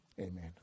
Amen